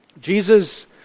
Jesus